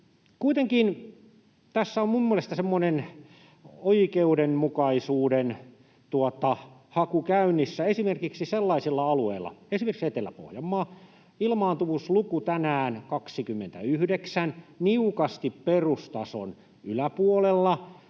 kuitenkin tässä on mielestäni semmoinen oikeudenmukaisuuden haku käynnissä esimerkiksi sellaisilla alueilla kuin Etelä-Pohjanmaa, missä ilmaantuvuusluku on tänään 29, niukasti perustason yläpuolella,